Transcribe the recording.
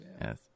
Yes